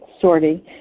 sorting